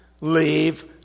leave